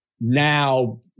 now